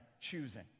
choosing